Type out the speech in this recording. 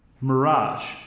Mirage